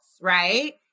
right